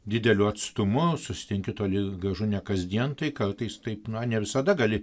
dideliu atstumu susitinki toli gražu ne kasdien tai kartais taip na ne visada gali